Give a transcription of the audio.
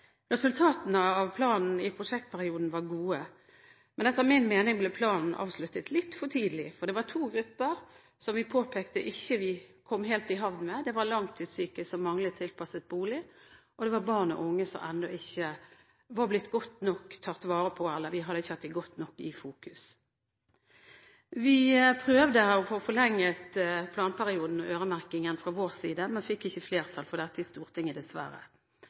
Resultatene av planen i prosjektperioden var gode, men etter min mening ble planen avsluttet litt for tidlig. Det var to grupper vi påpekte at vi ikke kom helt i havn med. Det var langtidssyke som manglet tilpasset bolig, og det var barn og unge som ennå ikke var blitt godt nok tatt vare på – vi hadde ikke hatt dem godt nok i fokus. Vi prøvde å få forlenget planperioden og øremerkingen fra vår side, men fikk dessverre ikke flertall for dette i Stortinget.